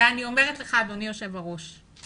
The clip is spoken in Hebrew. אני אומרת לך אדוני היושב ראש,